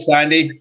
Sandy